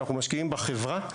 אנחנו משקיעים בחברה.